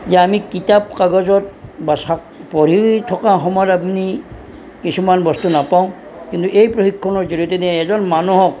যে আমি কিতাপ কাগজত বা পঢ়ি থকা সময়ত আপুনি কিছুমান বস্তু নাপাওঁ কিন্তু এই প্ৰশিক্ষণৰ জৰিয়তে এজন মানুহক